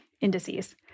indices